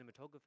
cinematography